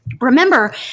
Remember